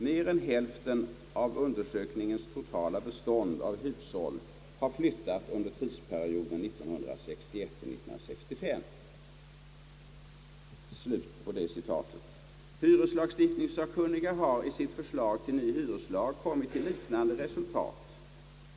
Mer än hälften av undersökningens totala bestånd av hushåll har flyttat under tidsperioden 1961 —L1965.> Hyreslagstiftningssakkunniga har i sitt förslag till ny hyreslag kommit till liknande resultat.